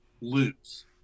lose